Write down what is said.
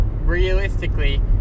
realistically